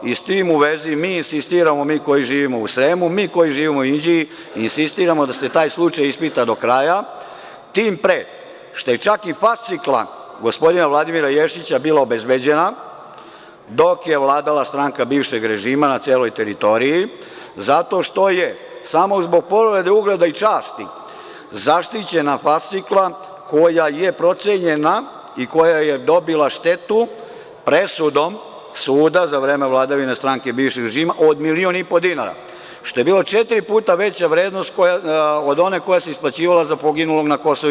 Sa tim u vezi mi insistiramo, mi koji živimo u Sremu, mi koji živimo u Inđiji, insistiramo da se taj slučaj ispita do kraja, tim pre, što je čak i fascikla gospodina Vladimira Ješića bila obezbeđena dok je vladala stranka bivšeg režima na celoj teritoriji zato što je samo zbog povrede ugleda i časti zaštićena fascikla, koja je procenjena i koja je dobila štetu presudom suda za vreme vladavine stranke bivšeg režima od milion i po dinara, što je bilo četiri puta veća vrednost od one koja se isplaćivala za poginulom na KiM…